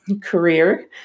career